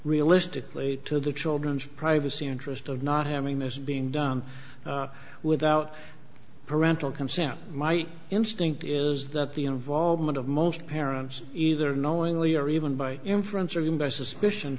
realistically to the children's privacy interest of not having this being done without parental consent my instinct is that the involvement of most parents either knowingly or even by inference from by suspicion